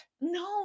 no